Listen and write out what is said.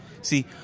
See